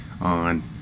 on